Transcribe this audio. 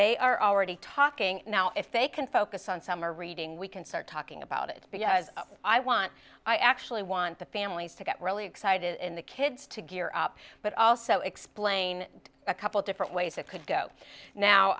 they are already talking now if they can focus on summer reading we can start talking about it because i want i actually want the families to get really excited in the kids to gear up but also explain a couple different ways it could go now